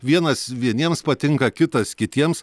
vienas vieniems patinka kitas kitiems